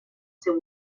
seu